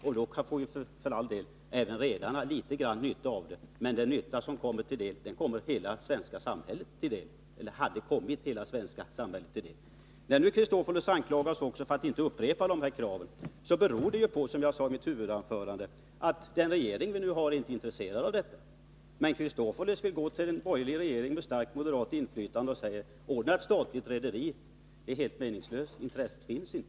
Redarna skulle för all del ha fått viss nytta av vinsterna, men den största nyttan skulle ha kommit hela svenska samhället till del. Alexander Chrisopoulos anklagar oss för att vi inte upprepar de här kraven. Som jag sade i mitt huvudanförande beror det på att den regering vi nu har inte är intresserad av detta, men Alexander Chrisopoulos vill gå till en borgerlig regering med ett starkt moderat inflytande och säga: Ordna ett statligt rederi! Det är helt meningslöst.